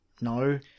no